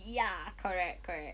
ya correct correct